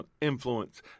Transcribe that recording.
influence